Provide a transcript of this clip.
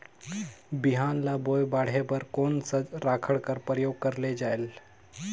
बिहान ल बोये बाढे बर कोन सा राखड कर प्रयोग करले जायेल?